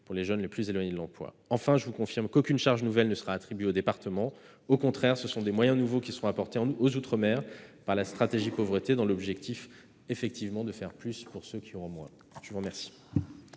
pour les jeunes les plus éloignés de l'emploi. Enfin, je vous confirme qu'aucune charge nouvelle ne sera attribuée aux départements. Au contraire, des moyens nouveaux seront apportés aux outre-mer par la stratégie Pauvreté dans l'objectif effectivement de faire plus pour ceux qui ont moins. La parole